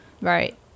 Right